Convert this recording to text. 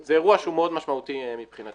- זה אירוע שהוא מאוד משמעותי מבחינתנו,